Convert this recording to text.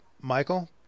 Michael